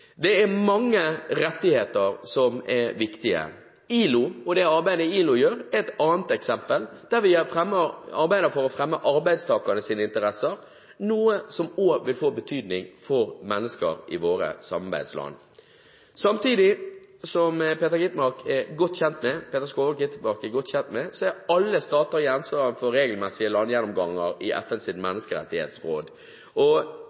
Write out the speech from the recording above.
Det er mange rettigheter som er viktige. ILO og det arbeidet ILO gjør, er et annet eksempel, der vi arbeider for å fremme arbeidstakernes interesser, noe som også vil få betydning for mennesker i våre samarbeidsland. Som Peter Skovholt Gitmark er godt kjent med,